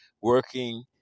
working